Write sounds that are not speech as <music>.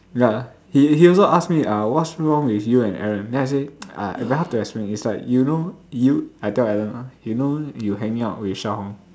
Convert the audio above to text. ya he he also ask me uh what's wrong with you and Alan then I say <noise> uh very hard to explain it's like you know you I tell Alan ah you know you hanging out with Sha-Hong